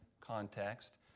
context